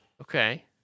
Okay